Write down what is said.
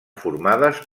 formades